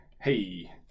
hey